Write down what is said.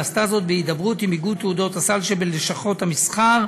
ועשתה זאת בהידברות עם איגוד תעודות הסל שבלשכות המסחר,